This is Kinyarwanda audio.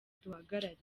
duhagarariye